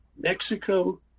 Mexico